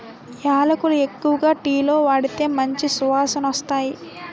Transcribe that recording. యాలకులు ఎక్కువగా టీలో వాడితే మంచి సువాసనొస్తాయి